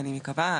אני מקווה,